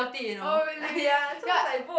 oh really ya